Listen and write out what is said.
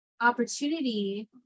opportunity